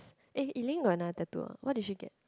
eh Elaine got another tattoo ah what did she get